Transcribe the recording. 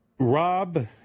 Rob